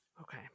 okay